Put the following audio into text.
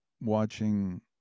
watching